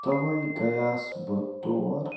تَوَے گٔیوس بہٕ تور